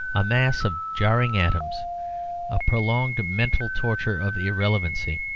a mass of jarring atoms a prolonged mental torture of irrelevancy.